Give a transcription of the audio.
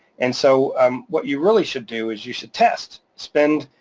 and so um what you really should do is, you should test spend,